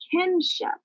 kinship